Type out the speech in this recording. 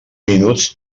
minuts